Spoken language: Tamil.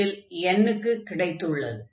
இதில் n க்குக் கிடைத்துள்ளது